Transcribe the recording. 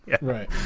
right